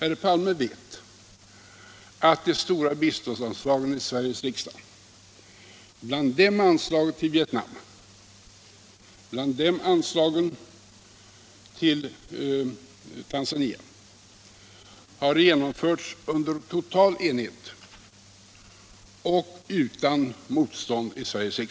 Herr Palme vet att besluten i Sveriges riksdag om de stora biståndsanslagen, bland dem anslagen till Vietnamn och Tanzania, fattades under total enighet och utan motstånd.